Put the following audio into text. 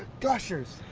gushers!